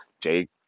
Jake